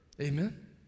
Amen